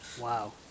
Wow